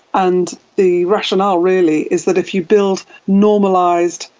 and the rationale really is that if you build normalised,